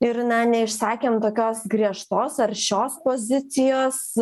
ir na neišsakėm tokios griežtos aršios pozicijos